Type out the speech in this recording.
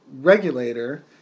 regulator